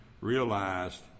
realized